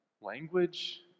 language